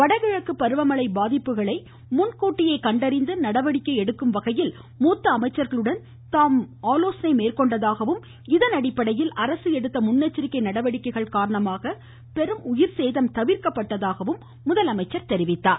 வடகிழக்கு பருவமழை பாதிப்புகளை முன்கூட்டியே கண்டறிந்து நடவடிக்கை எடுக்கும் வகையில் மூத்த அமைச்சர்களுடன் தாம் ஆலோசனை மேற்கொண்டதாகவும் இதன் அடிப்படையில் அரசு எடுத்த முன்னெச்சரிக்கை நடவடிக்கை காரணமாக பெரும் உயிர்ச்சேதம் தவிர்க்கப்பட்டதாக முதலமைச்சர் தெரிவித்தார்